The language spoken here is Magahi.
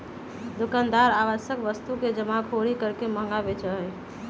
दुकानदार आवश्यक वस्तु के जमाखोरी करके महंगा बेचा हई